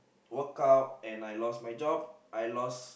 work out and I lost my job I lost